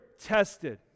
tested